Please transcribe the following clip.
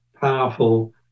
powerful